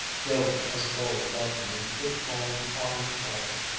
yellow as gold above them in the quick-falling autumn twilight.